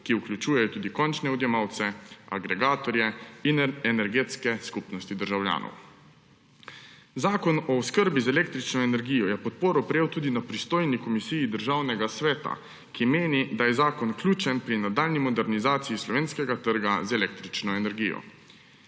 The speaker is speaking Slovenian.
ki vključujejo tudi končne odjemalce, agregatorje in energetske skupnosti državljanov. Zakon o oskrbi z električno energijo je podporo prejel tudi na pristojni komisiji Državnega sveta, ki meni, da je zakon ključen pri nadaljnji modernizaciji slovenskega trga z električno energijo.